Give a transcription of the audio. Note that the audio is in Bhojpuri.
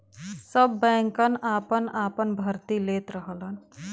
सब बैंकन आपन आपन भर्ती लेत रहलन